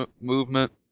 movement